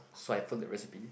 so I put the recipe